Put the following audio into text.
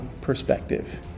perspective